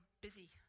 busy